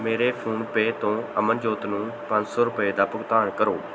ਮੇਰੇ ਫੋਨਪੇ ਤੋਂ ਅਮਨਜੋਤ ਨੂੰ ਪੰਜ ਸੌ ਰੁਪਏ ਦਾ ਭੁਗਤਾਨ ਕਰੋ